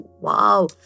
Wow